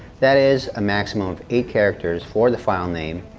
that is a maximum of eight characters for the filename,